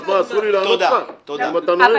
טוב, דוד.